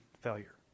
failure